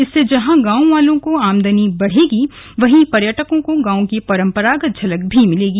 इससे जहां गावों वालों की आमदनी बढ़ेगी वहीं पर्यटकों को गांवों की परंपरागत झलक भी मिलेगी